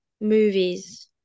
movies